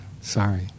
sorry